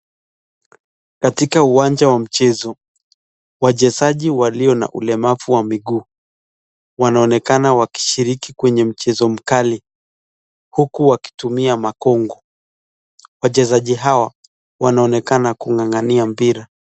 Katika uwanja wa mchezo, wachezaji walio na ulemavu wa miguu wanaonekana wakishiriki kwenye mchezo mkali huku wakitumia makungu. Wachezaji hao wanaonekana kung'ang'ania mpira.